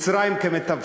ואת מצרים כמתווכים.